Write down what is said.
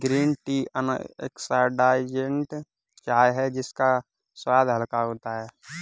green tea unoxidized चाय है इसका स्वाद हल्का होता है